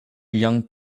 young